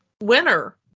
winner